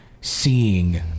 seeing